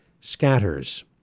scatters